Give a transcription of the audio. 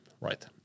Right